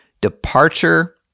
departure